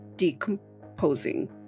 decomposing